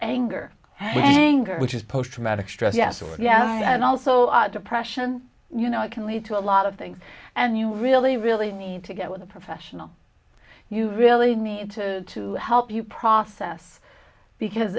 anger anger which is posttraumatic stress yes or yes and also depression you know it can lead to a lot of things and you really really need to get with a professional you really need to to help you process